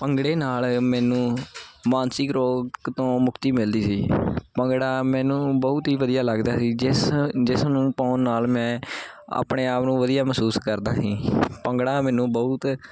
ਭੰਗੜੇ ਨਾਲ ਮੈਨੂੰ ਮਾਨਸਿਕ ਰੋਗ ਤੋਂ ਮੁਕਤੀ ਮਿਲਦੀ ਸੀ ਭੰਗੜਾ ਮੈਨੂੰ ਬਹੁਤ ਹੀ ਵਧੀਆ ਲੱਗਦਾ ਸੀ ਜਿਸ ਜਿਸ ਨੂੰ ਪਾਉਣ ਨਾਲ ਮੈਂ ਆਪਣੇ ਆਪ ਨੂੰ ਵਧੀਆ ਮਹਿਸੂਸ ਕਰਦਾ ਸੀ ਭੰਗੜਾ ਮੈਨੂੰ ਬਹੁਤ